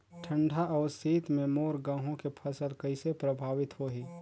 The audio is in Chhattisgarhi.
ठंडा अउ शीत मे मोर गहूं के फसल कइसे प्रभावित होही?